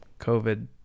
covid